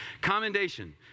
commendation